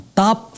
top